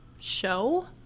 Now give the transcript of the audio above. show